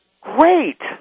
great